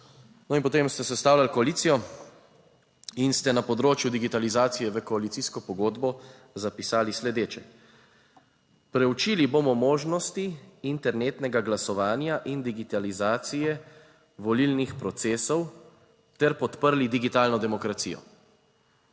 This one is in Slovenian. potem ste sestavljali koalicijo in ste na področju digitalizacije v koalicijsko pogodbo zapisali sledeče: "Preučili bomo možnosti internetnega glasovanja in digitalizacije volilnih procesov ter podprli digitalno demokracijo.